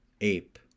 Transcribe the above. ape